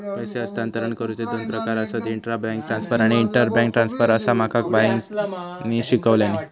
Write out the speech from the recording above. पैसे हस्तांतरण करुचे दोन प्रकार आसत, इंट्रा बैंक ट्रांसफर आणि इंटर बैंक ट्रांसफर, असा माका बाईंनी शिकवल्यानी